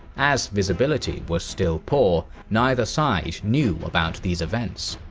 as visibility was still poor, neither side knew about these events.